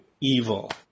evil